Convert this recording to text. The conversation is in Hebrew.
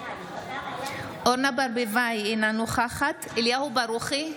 אורנה ברביבאי, אינה נוכחת אליהו ברוכי,